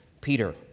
Peter